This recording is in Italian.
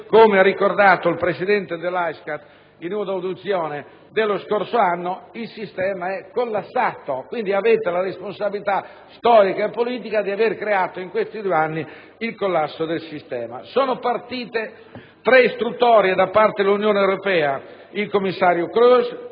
come ha ricordato il presidente dell'AISCAT in un'audizione dello scorso anno - il sistema è collassato. Quindi avete la responsabilità storica e politica di aver creato, in questi due anni, il collasso del sistema. Sono partite tre istruttorie da parte dell'Unione europea, per iniziativa